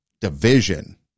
division